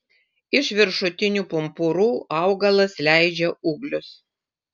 iš viršutinių pumpurų augalas leidžia ūglius